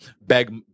beg